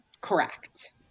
correct